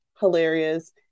Hilarious